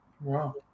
Wow